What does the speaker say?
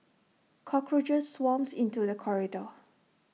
cockroaches swarmed into the corridor